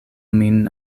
min